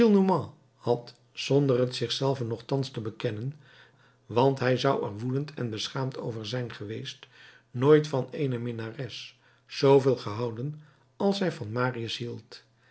had zonder het zichzelven nochtans te bekennen want hij zou er woedend en beschaamd over zijn geweest nooit van eene minnares zooveel gehouden als hij van marius hield